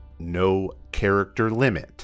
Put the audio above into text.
NoCharacterLimit